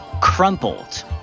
crumpled